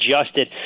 adjusted